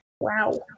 Wow